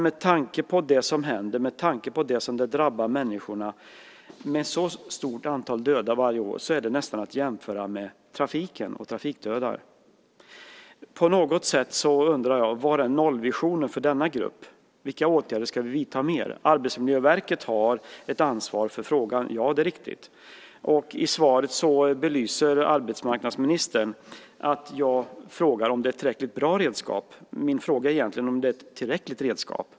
Med tanke på det som händer, med tanke på hur det drabbar människorna och med tanke på det stora antalet döda varje år är det nästan att jämföra med trafiken och antalet trafikdödade. På något sätt undrar jag var nollvisionen för denna grupp finns. Vilka fler åtgärder ska vi vidta? Arbetsmiljöverket har ett ansvar för frågan - det är riktigt. I svaret säger arbetsmarknadsministern att jag frågar om det är ett tillräckligt bra redskap. Min fråga är egentligen om det är ett tillräckligt redskap.